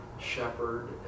shepherd